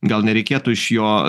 gal nereikėtų iš jo